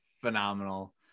phenomenal